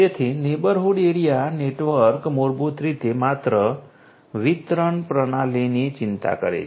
તેથી neighbourhood area network મૂળભૂત રીતે માત્ર વિતરણ પ્રણાલીની ચિંતા કરે છે